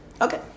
Okay